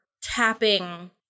tapping